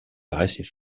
paraissait